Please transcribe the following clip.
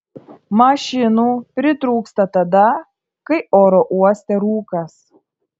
mašinų pritrūksta tada kai oro uoste rūkas